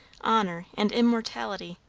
honour, and immortality'?